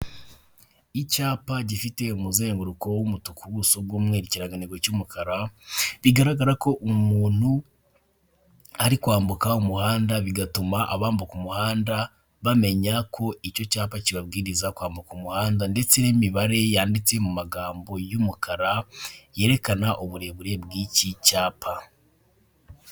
Icyapa gifite umuzenguruko w'umutuku, ubuso bw'umweru, ikirangantego cy'umukara. bigaragara ko umuntu ari kwambuka umuhanda. Bigatuma abambuka umuhanda bamenya ko icyo cyapa kibabwiriza kwambuka umuhanda. Ndetse n'imibare yanditse mu magambo y'umukara yerekana uburebure bw'iki cyapa.